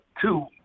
two